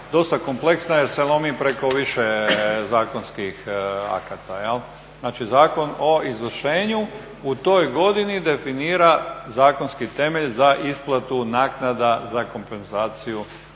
Znači Zakon o izvršenju u toj godini definira zakonski temelj za isplatu naknada za kompenzaciju